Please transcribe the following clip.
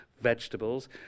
vegetables